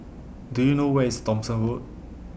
Do YOU know Where IS Thomson Road